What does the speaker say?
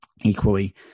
Equally